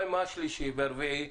מה עם השלישי והרביעי?